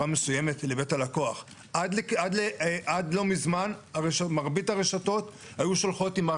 אגב על אותן אריזות שירות, חל חוק האריזות.